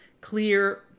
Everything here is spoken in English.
clear